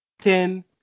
Ten